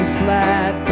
flat